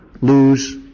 lose